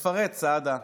סעדה.